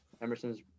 Emerson's